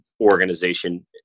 organization